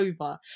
over